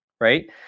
Right